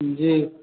जी